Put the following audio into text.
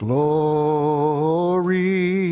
Glory